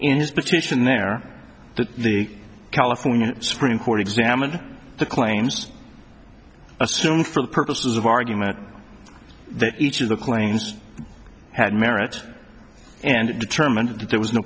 in his petition there that the california supreme court examined the claims assume for purposes of argument that each of the claims had merit and determined that there was no